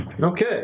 Okay